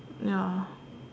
ya